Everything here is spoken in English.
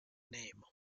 name